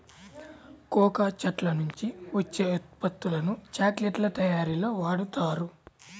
cocoa చెట్ల నుంచి వచ్చే ఉత్పత్తులను చాక్లెట్ల తయారీలో వాడుతారు